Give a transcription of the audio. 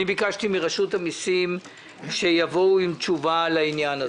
ביקשתי מרשות המסים שיבואו עם תשובה על העניין הזה.